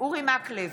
אורי מקלב,